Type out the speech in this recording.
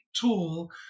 tool